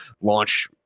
launch